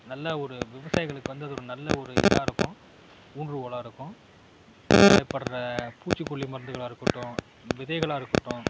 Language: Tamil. நல்லா ஒரு விவசாயிகளுக்கு வந்து அது ஒரு நல்ல ஒரு இதாக இருக்கும் ஊன்றுகோலாக இருக்கும் தேவைப்படுற பூச்சிக்கொல்லி மருந்துகளாக இருக்கட்டும் விதைகளாக இருக்கட்டும்